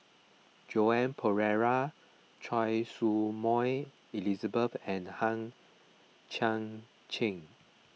Joan Pereira Choy Su Moi Elizabeth and Hang Chang Chieh